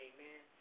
Amen